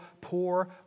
poor